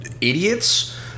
idiots